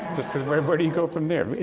just cuz, where where do you go from there?